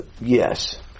yes